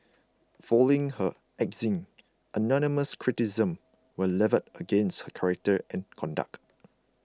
following her axing anonymous criticisms were levelled against her character and conduct